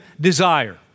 desire